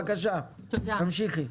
בבקשה תמשיכי.